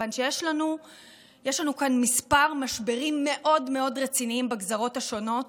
כיוון שיש לנו כאן כמה משברים מאוד מאוד רציניים בגזרות השונות,